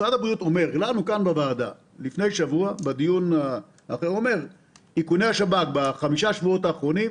לפני שבוע בדיון שהיה כאן משרד הבריאות אמר שבחמשת השבועות האחרונים